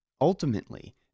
Ultimately